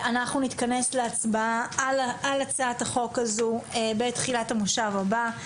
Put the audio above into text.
אנחנו נתכנס להצבעה על הצעת החוק הזו בתחילת המושב הבא.